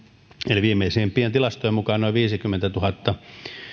eli viimeisimpien tilastojen mukaan noin viisikymmentätuhatta